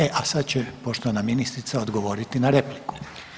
E a sad će poštovana ministrica odgovoriti na repliku.